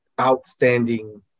outstanding